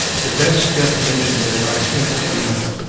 the best definition that i think we,